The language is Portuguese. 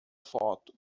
foto